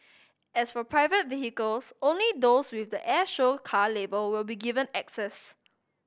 as for private vehicles only those with the air show car label will be given access